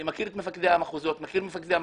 אני מכיר את מפקדי המחוזות, מכיר את מפקדי המרחב.